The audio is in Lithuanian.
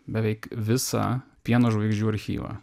beveik visą pieno žvaigždžių archyvą